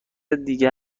دیگه